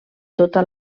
tota